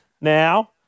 Now